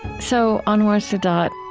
so, anwar sadat,